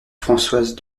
françoise